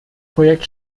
projekt